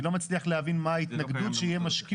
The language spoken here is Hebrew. אני לא מצליח להבין מה ההתנגדות שיהיה משקיף.